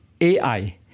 AI